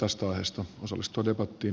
näin menestymme